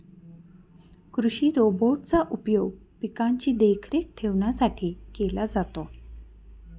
कृषि रोबोट चा उपयोग पिकांची देखरेख ठेवण्यासाठी केला जातो